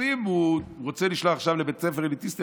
אז אם הוא רוצה לשלוח עכשיו לבית ספר אליטיסטי,